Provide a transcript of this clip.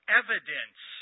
evidence